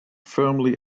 firmly